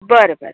बरं बरं